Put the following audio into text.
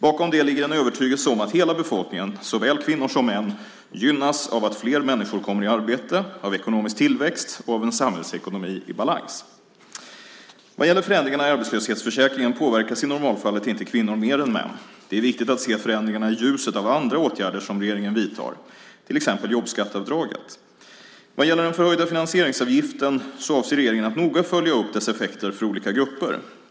Bakom det ligger en övertygelse om att hela befolkningen, såväl kvinnor som män, gynnas av att flera människor kommer i arbete, av ekonomisk tillväxt och av en samhällsekonomi i balans. Vad gäller förändringarna i arbetslöshetsförsäkringen påverkas i normalfallet inte kvinnor mer än män. Det är viktigt att se förändringarna i ljuset av andra åtgärder som regeringen vidtar, till exempel jobbskatteavdraget. Vad gäller den förhöjda finansieringsavgiften avser regeringen att noga följa upp dess effekter för olika grupper.